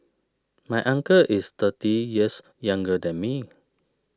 my uncle is thirty years younger than me